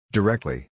Directly